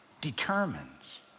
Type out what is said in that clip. determines